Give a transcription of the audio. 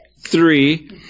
three